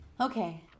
Okay